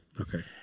Okay